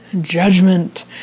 judgment